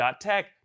.tech